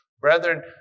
Brethren